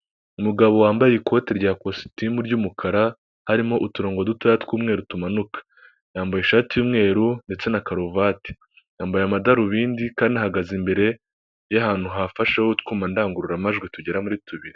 Umugabo wambaye ikoti rya kositimu ry'umukara, harimo uturongo dutoya tw'umweru tumanuka ,yambaye ishati y'umweru ndetse na karuvati, yambaye amadarubindi kandi ahagaze imbere y'ahantu hafashe utwuma ndangururamajwi tugera muri tubiri.